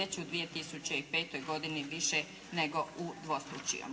već u 2005. godini više nego udvostručio.